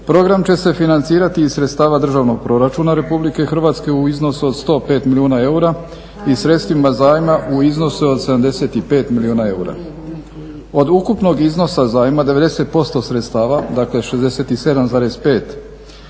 Program će se financirati iz sredstava Državnog proračuna RH u iznosu od 105 milijuna eura i sredstvima zajma u iznosu od 75 milijuna eura. Od ukupnog iznosa zajma, 90% sredstava, dakle 67,5